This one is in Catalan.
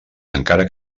encara